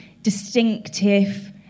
distinctive